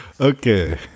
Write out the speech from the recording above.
Okay